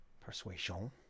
Persuasion